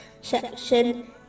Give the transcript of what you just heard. SECTION